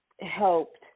helped